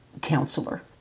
counselor